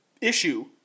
issue